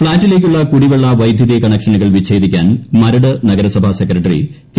ഫ്ളാറ്റിലേക്കുള്ള കുടിവെള്ള വൈദ്യുതി കണക്ഷനുകൾ വിച്ചേദിക്കാൻ മരട് നഗരസഭ സെക്രട്ടറി കെ